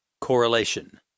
Correlation